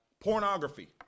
Pornography